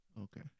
Okay